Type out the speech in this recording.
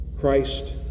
Christ